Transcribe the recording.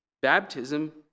Baptism